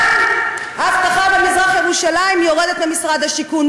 גם האבטחה במזרח-ירושלים יורדת ממשרד השיכון.